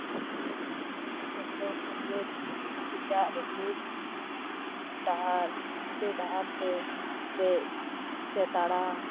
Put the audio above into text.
ᱮᱵᱽᱲᱳ ᱠᱷᱮᱵᱽᱲᱳ ᱠᱮᱪᱟᱜ ᱨᱟᱹᱯᱩᱫ ᱰᱟᱦᱟᱨ ᱥᱮ ᱰᱟᱦᱟᱨ ᱛᱮ ᱫᱮᱡ ᱥᱮ ᱛᱟᱲᱟᱢ